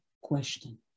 question